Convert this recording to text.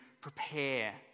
prepare